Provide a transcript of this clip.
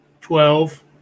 Twelve